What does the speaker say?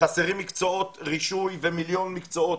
חסרים מקצועות רישוי ומיליון מקצועות